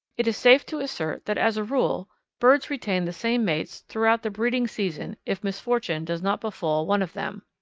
it is safe to assert that as a rule birds retain the same mates throughout the breeding season if misfortune does not befall one of them.